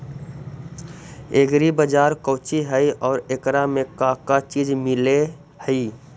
Agri बाजार कोची हई और एकरा में का का चीज मिलै हई?